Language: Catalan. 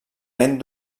lent